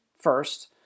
First